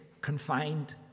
confined